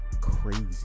crazy